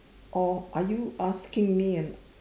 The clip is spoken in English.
or are you asking me an